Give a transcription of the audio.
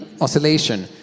oscillation